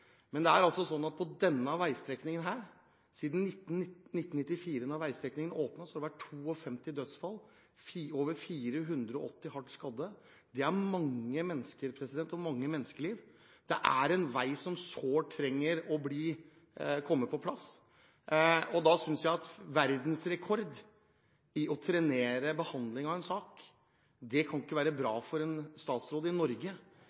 Men det er slik at på denne veistrekningen, har vi siden veistrekningen ble åpnet i 1994, hatt 52 dødsfall og over 480 hardt skadde. Det er mange mennesker; det er mange menneskeliv. Det er en vei som sårt trenger å komme på plass. Det å ha verdensrekord, med fire års behandlingstid, i å trenere behandlingen av en sak kan ikke være bra for en statsråd i Norge.